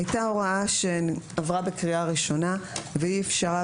הייתה הוראה שעברה בקריאה ראשונה והיא אפשרה